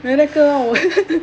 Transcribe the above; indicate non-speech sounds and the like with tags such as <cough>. there 那个 lor <laughs>